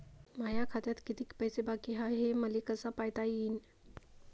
माया खात्यात किती पैसे बाकी हाय, हे मले कस पायता येईन?